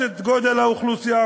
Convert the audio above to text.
יש גודל האוכלוסייה,